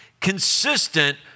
consistent